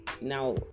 now